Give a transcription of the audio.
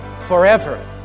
forever